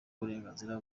uburenganzira